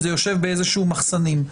זה יושב באיזשהם מחסנים,